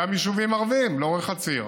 גם יישובים ערביים שלאורך הציר.